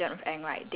it's different